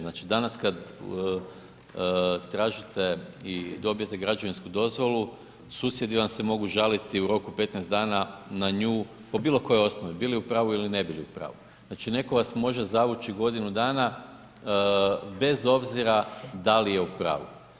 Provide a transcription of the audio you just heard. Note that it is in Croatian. Znači danas kad tražite i dobijete građevinsku dozvolu, susjedi vam se mogu žaliti u roku 15 dana na nju, po bilo kojoj osnovi, bili u pravu ili ne bili u pravu, znači netko vas može zavući godinu dana bez obzira da li je u pravu.